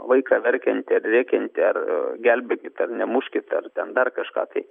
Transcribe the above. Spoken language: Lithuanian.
vaiką verkiantį ar rėkiantį ar gelbėkit ar nemuškit ar ten dar kažką tai